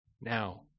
Now